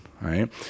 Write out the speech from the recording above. right